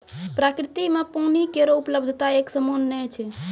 प्रकृति म पानी केरो उपलब्धता एकसमान नै छै